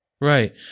Right